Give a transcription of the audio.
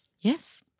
Yes